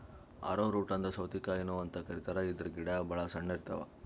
ಆರೊ root ಅಂದ್ರ ಸೌತಿಕಾಯಿನು ಅಂತ್ ಕರಿತಾರ್ ಇದ್ರ್ ಗಿಡ ಭಾಳ್ ಸಣ್ಣು ಇರ್ತವ್